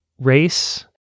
race